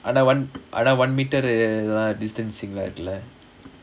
ஆனா:aanaa one ஆனா:aanaa one metre distancing லாம் இருக்குல்ல:laam irukula